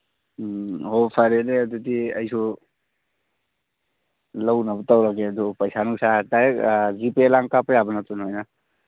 ꯎꯝ ꯑꯣ ꯐꯔꯦꯅꯦ ꯑꯗꯨꯗꯤ ꯑꯩꯁꯨ ꯂꯧꯅꯕ ꯇꯧꯔꯒꯦ ꯑꯗꯨ ꯄꯩꯁꯥ ꯅꯨꯡꯁꯥ ꯗꯥꯏꯔꯦꯛ ꯖꯤꯄꯦ ꯂꯥꯡ ꯀꯥꯞꯄ ꯌꯥꯕ ꯅꯠꯇ꯭ꯔꯣ ꯅꯣꯏꯅ